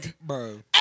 Bro